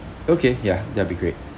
okay ya that'll be great